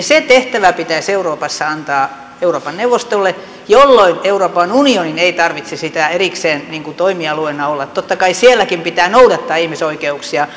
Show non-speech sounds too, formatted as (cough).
(unintelligible) se tehtävä pitäisi euroopassa antaa euroopan neuvostolle jolloin euroopan unionin ei tarvitsisi siinä erikseen toimialueena olla totta kai sielläkin pitää noudattaa ihmisoikeuksia (unintelligible)